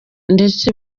ndetse